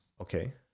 Okay